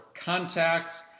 contacts